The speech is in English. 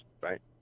right